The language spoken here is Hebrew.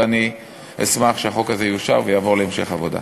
ואני אשמח שהחוק הזה יאושר ויעבור להמשך עבודה.